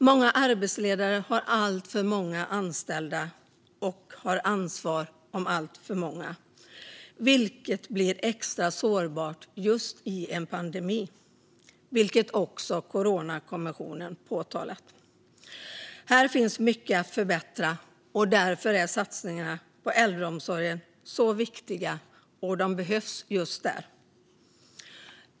Många arbetsledare har alltför många anställda och ansvar för alltför många, vilket blir extra sårbart just i en pandemi som också Coronakommissionen påtalat. Här finns mycket att förbättra. Därför är satsningarna på äldreomsorgen så viktiga, och de behövs just där.